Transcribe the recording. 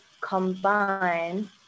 combine